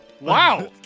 Wow